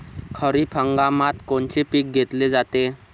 खरिप हंगामात कोनचे पिकं घेतले जाते?